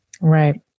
right